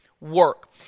work